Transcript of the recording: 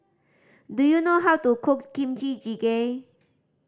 do you know how to cook Kimchi Jjigae